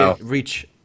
reach